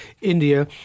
india